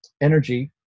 energy